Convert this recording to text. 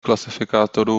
klasifikátorů